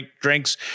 drinks